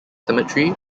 cemetery